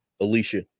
Alicia